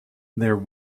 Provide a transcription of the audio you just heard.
there